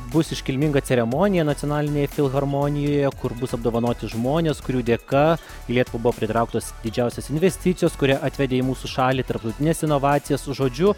bus iškilminga ceremonija nacionalinėje filharmonijoje kur bus apdovanoti žmonės kurių dėka į lietuvą buvo pritrauktos didžiausios investicijos kurie atvedė į mūsų šalį tarptautines inovacijas žodžiu